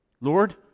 Lord